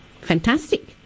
Fantastic